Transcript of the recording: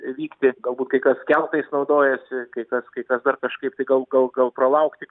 vykti galbūt kai kas keltais naudojasi kai kas kai kas dar kažkaip tai gal gal gal pralaukti